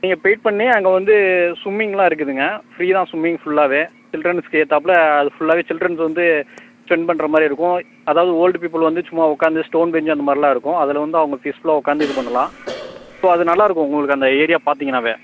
நீங்கள் பெய்ட் பண்ணி அங்கே வந்து ஸ்விம்மிகெங்லாம் இருக்குதுங்க ஃப்ரீ தான் ஸ்விம்மிங் ஃபுல்லாகவே சில்ட்ரன்ஸுக்கு ஏற்றாப்புல அது ஃபுல்லாகவே சில்ட்ரன்ஸ் வந்து ஸ்பெண்ட் பண்ணுற மாதிரி இருக்கும் அதாவது ஓல்டு பீப்புள் வந்து சும்மா உட்காந்து ஸ்டோன் பெஞ்சு அந்த மாதிரிலாம் இருக்கும் அதில் வந்து அவங்க பீஸ்ஃபுல்லாக உட்காந்து இது பண்ணலாம் ஸோ அது நல்லாயிருக்கும் உங்களுக்கு அந்த ஏரியா பார்த்திங்கன்னாவே